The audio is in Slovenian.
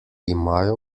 imajo